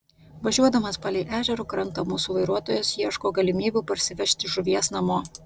važiuodamas palei ežero krantą mūsų vairuotojas ieško galimybių parsivežti žuvies namo